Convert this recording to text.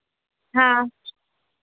हाँ